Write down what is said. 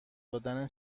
دادن